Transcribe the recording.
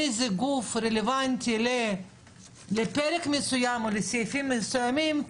איזה גוף רלוונטי לפרק מסוים או לסעיפים מסוימים.